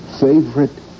favorite